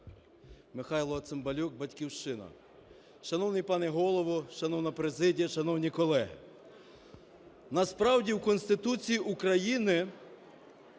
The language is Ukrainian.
Михайло Цимбалюк, "Батьківщина". Шановний пане Голово, шановна президія, шановні колеги! Насправді в Конституції України